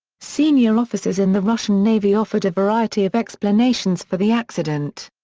senior officers in the russian navy offered a variety of explanations for the accident.